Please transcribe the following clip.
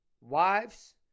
wives